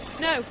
no